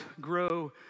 grow